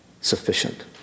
sufficient